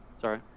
Sorry